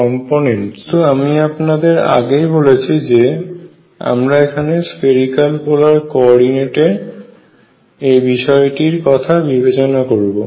কিন্তু আমি আপনাদের আগেই বলেছি যে আমরা এখানে স্ফেরিক্যাল পোলার কো অর্ডিনেটে এই বিষয়টির কথা বিবেচনা করবো